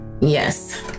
yes